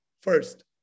first